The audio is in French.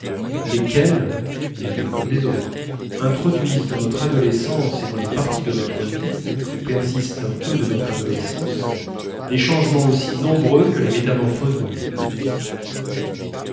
lesquelles les unes comme les autres introduisent dans notre adolescence et dans les parties de notre vie où persiste un peu de notre adolescence des changements aussi nombreux que les métamorphoses d'ovide